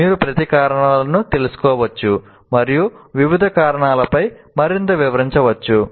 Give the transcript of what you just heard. మీరు ప్రతి కారణాలను తీసుకోవచ్చు మరియు వివిధ ఉప కారణాలపై మరింత వివరించవచ్చు